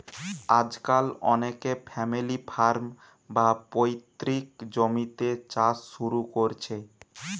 আজকাল অনেকে family farm, বা পৈতৃক জমিতে চাষ শুরু কোরছে